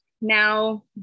Now